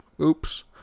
Oops